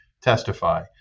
testify